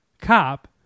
cop